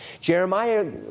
Jeremiah